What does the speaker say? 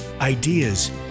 Ideas